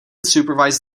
supervised